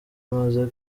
amaze